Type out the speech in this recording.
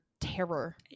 terror